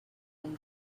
from